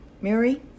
Mary